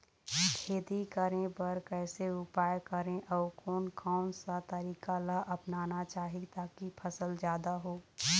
खेती करें बर कैसे उपाय करें अउ कोन कौन सा तरीका ला अपनाना चाही ताकि फसल जादा हो?